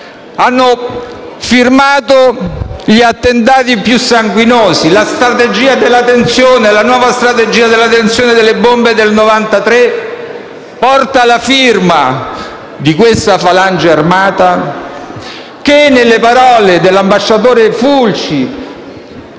hanno firmato gli attentati più sanguinosi. La nuova strategia della tensione delle bombe del 1993 porta la firma della Falange armata. L'ambasciatore Fulci,